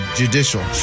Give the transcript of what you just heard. judicial